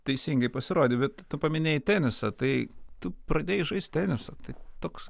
teisingai pasirodei bet tu paminėjai tenisą tai tu pradėjai žaist tenisą tai toks